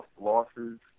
losses